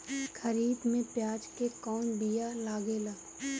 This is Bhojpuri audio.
खरीफ में प्याज के कौन बीया लागेला?